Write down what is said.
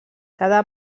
cada